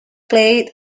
played